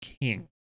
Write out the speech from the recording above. king